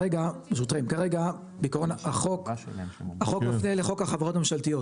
כרגע בעיקרון החוק מפנה לחוק החברות הממשלתיות